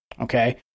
okay